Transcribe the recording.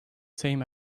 same